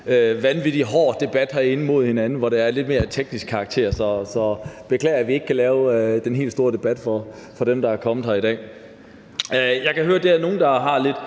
vanvittig hård debat herinde, men hvor emnet er af lidt mere teknisk karakter. Så jeg beklager, at vi ikke kan lave den helt store debat for dem, der er kommet her i dag. Jeg kan høre, at der er nogle, der har lidt